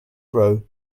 row